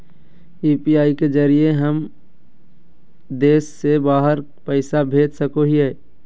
UPI के जरिए का हम देश से बाहर पैसा भेज सको हियय?